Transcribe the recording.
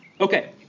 Okay